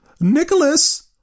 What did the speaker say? Nicholas